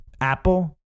Apple